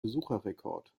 besucherrekord